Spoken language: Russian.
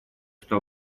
что